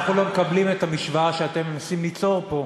אנחנו לא מקבלים את המשוואה שאתם מנסים ליצור פה.